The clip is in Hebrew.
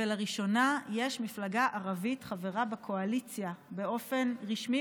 לראשונה מפלגה ערבית חברה בקואליציה באופן רשמי.